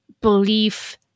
belief